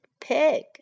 Pig